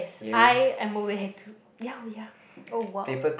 I am aware too ya oh ya oh !wow!